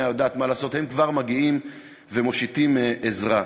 יודעים מה לעשות הם כבר מגיעים ומושיטים עזרה.